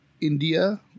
India